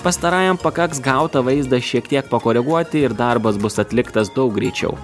pastarajam pakaks gautą vaizdą šiek tiek pakoreguoti ir darbas bus atliktas daug greičiau